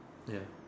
ya